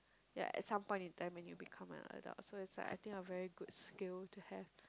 ya at some point in time when you become an adult so it's like I think a very good skill to have